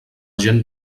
gent